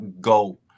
go